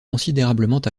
considérablement